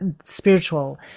spiritual